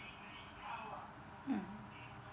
mm